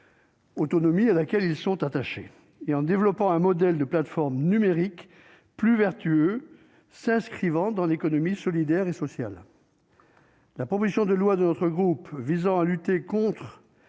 l'exercice de leur activité et en développant un modèle de plateforme numérique plus vertueux, s'inscrivant dans l'économie sociale et solidaire. La proposition de loi de notre groupe visant à lutter contre